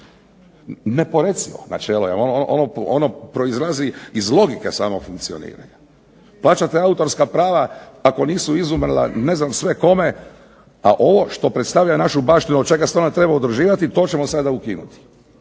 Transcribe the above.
neporecivo načelo jer ono proizlazi iz logike samog funkcioniranja. Plaćate autorska prava, ako nisu izumrla ne znam sve kome, a ovo što predstavlja našu baštinu, od čega se ono treba udruživati to ćemo sada ukinuti,